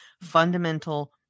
fundamental